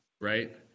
right